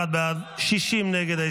51 בעד, 60 נגד.